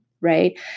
right